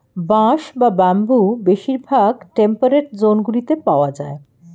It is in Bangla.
বাঁশ বা বাম্বু বেশিরভাগ টেম্পারেট জোনগুলিতে পাওয়া যায়